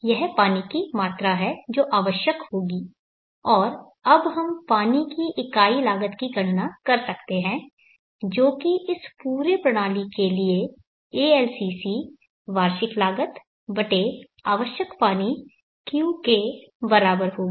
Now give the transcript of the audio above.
यह पानी की मात्रा है जो आवश्यक होगी और अब हम पानी की इकाई लागत की गणना कर सकते है जो कि इस पूरे प्रणाली के लिए ALCC वार्षिक लागत बटे आवश्यक पानी Q के बराबर होगी